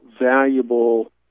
valuable